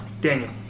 Daniel